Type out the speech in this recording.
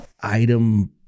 item